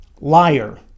liar